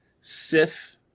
Sith